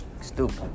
stupid